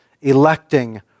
electing